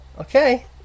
Okay